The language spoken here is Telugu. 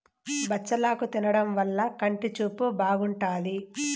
బచ్చలాకు తినడం వల్ల కంటి చూపు బాగుంటాది